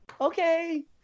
Okay